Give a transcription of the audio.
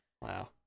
wow